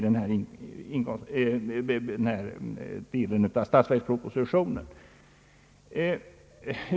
Det finns angivet i statsverkspropositionen.